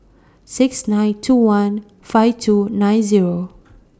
six nine two one five two nine Zero